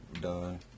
done